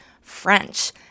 French